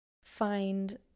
Find